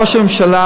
ראש הממשלה,